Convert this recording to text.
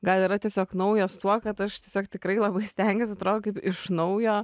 gal yra tiesiog naujas tuo kad aš tiesiog tikrai labai stengiuos atrodo kaip iš naujo